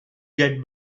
get